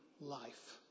life